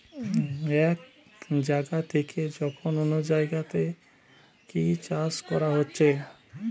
এক জাগা থিকে যখন অন্য জাগাতে কি চাষ কোরা হচ্ছে